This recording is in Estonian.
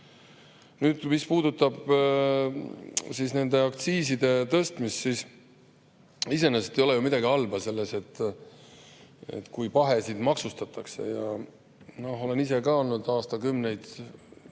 Nüüd, mis puudutab aktsiiside tõstmist, siis iseenesest ei ole ju midagi halba selles, kui pahesid maksustatakse. Olen ise ka olnud aastakümneid